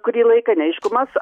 kurį laiką neaiškumas